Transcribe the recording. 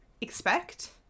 expect